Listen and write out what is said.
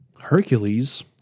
Hercules